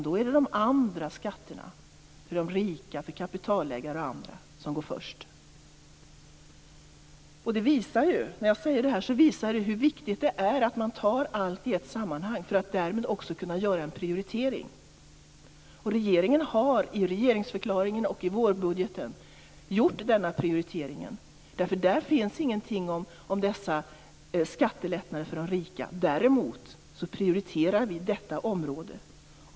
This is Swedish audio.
Det är de andra skatterna, för de rika, för kapitalägare och andra, som går först. Jag säger detta för att visa hur viktigt det är att man tar allt i ett sammanhang för att därmed också kunna göra en prioritering. I regeringsförklaringen och i vårbudgeten har regeringen gjort denna prioritering. Där finns ingenting om dessa skattelättnader för de rika. Däremot prioriterar vi detta område.